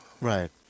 Right